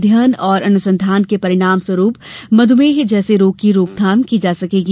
अध्ययन और अनुसंधान के परिणाम स्वरूप मध्यमेह जैसे रोग की रोकथाम की जा सकेगी